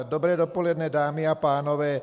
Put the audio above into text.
Dobré dopoledne, dámy a pánové.